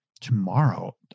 tomorrow